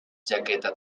jaqueta